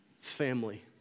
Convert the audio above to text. family